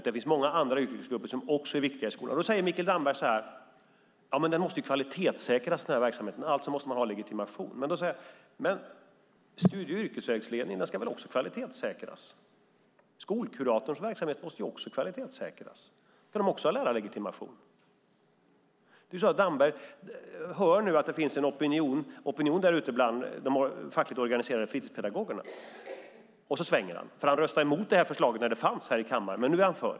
Det finns många andra yrkesgrupper som också är viktiga i skolan. Då säger Mikael Damberg så här: Ja, men den här verksamheten måste kvalitetssäkras. Alltså måste man ha legitimation. Men studie och yrkesvägledning ska väl också kvalitetssäkras? Skolkuratorns verksamhet måste kvalitetssäkras. Ska de också ha lärarlegitimation? Damberg hör nu att det finns en opinion där ute bland de fackligt organiserade fritidspedagogerna. Då svänger han. Han röstade emot det här förslaget när det fanns här i kammaren, men nu är han för.